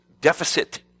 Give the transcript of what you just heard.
deficit